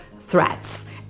threats